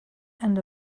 and